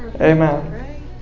amen